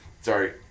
Sorry